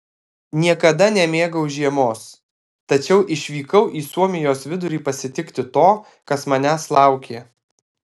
niekada nemėgau žiemos tačiau išvykau į suomijos vidurį pasitikti to kas manęs laukė